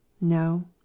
No